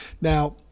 Now